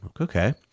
Okay